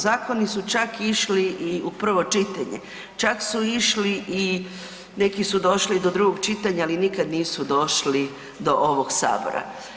Zakoni su čak išli i u prvo čitanje, čak su i išli i, neki su došli i do drugog čitanja, ali nikad nisu došli do ovog Sabora.